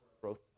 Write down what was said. growth